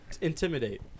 Intimidate